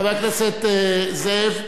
חבר הכנסת זאב?